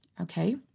Okay